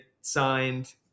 signed –